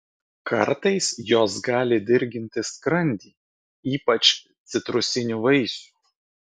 kartais jos gali dirginti skrandį ypač citrusinių vaisių